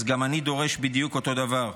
אז גם אני דורש בדיוק אותו דבר.